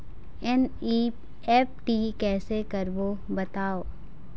NEFT कैसे करबो बताव?